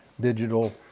digital